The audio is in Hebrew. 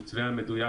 המתווה המדויק,